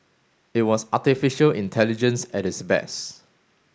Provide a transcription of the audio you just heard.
it was artificial intelligence at its best